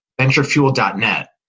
venturefuel.net